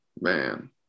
man